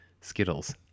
Skittles